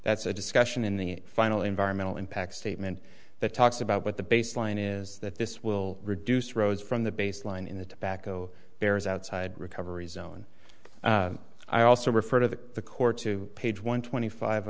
that's a discussion in the final environmental impact statement that talks about what the baseline is that this will reduce rose from the baseline in the tobacco bears outside recovery zone i also refer to the court to page one twenty five